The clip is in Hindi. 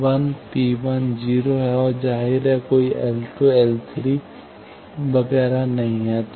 तो L P10 और जाहिर है कोई L L वगैरह नहीं हैं